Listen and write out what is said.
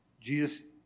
Jesus